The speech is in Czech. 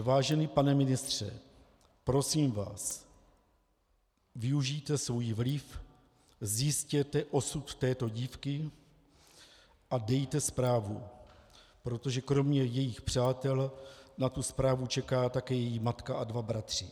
Vážený pane ministře, prosím vás, využijte svůj vliv, zjistěte osud této dívky a dejte zprávu, protože kromě jejích přátel na tu zprávu čeká také její matka a dva bratři.